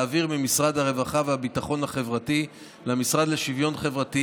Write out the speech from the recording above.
להעביר ממשרד הרווחה והביטחון החברתי למשרד לשוויון חברתי